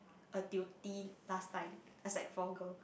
a tutee last time a sec four girl